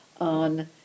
on